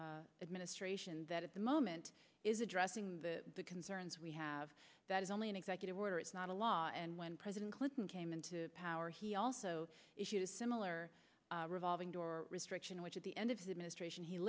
administration that at the moment is addressing the concerns we have that is only an executive order it's not a law and when president clinton came into power he also issued a similar revolving door restriction which at the end of his administration he